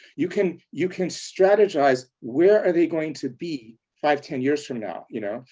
you can you can strategize where are they going to be five ten years from now, you know,